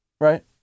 right